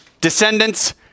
descendants